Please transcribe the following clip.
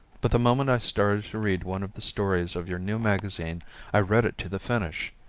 but the moment i started to read one of the stories of your new magazine i read it to the finish.